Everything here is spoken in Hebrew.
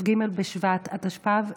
כ"ג בשבט התשפ"ב,